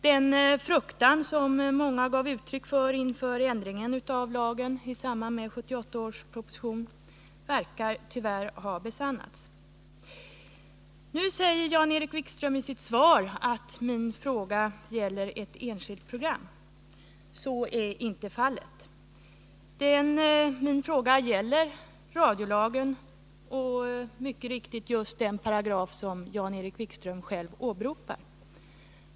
Den fruktan som många gav uttryck för inför ändringen av radiolagen i samband med 1978 års proposition om radions och televisionens fortsatta verksamhet verkar tyvärr ha besannats. Jan-Erik Wikström säger i sitt svar att min fråga gäller ett enskilt program. Så är inte fallet. Min fråga gäller radiolagen, mycket riktigt just den paragraf som Jan-Erik Wikström själv åberopar.